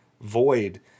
void